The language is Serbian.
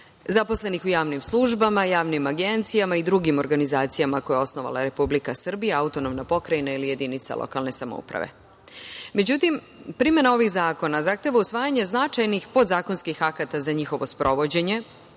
zaposlenih u javnim službama, javnim agencijama i drugim organizacijama koje je osnovala Republika Srbija, autonomna pokrajina ili jedinica lokalne samouprave.Međutim, primena ovih zakona zahteva usvajanje značajnih podzakonskih akata za njihovo sprovođenje